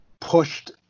pushed